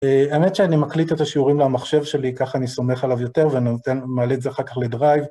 האמת שאני מקליט את השיעורים למחשב שלי, ככה אני סומך עליו יותר ומעלה את זה אחר כך לדרייב.